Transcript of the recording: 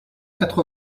quatre